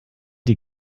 die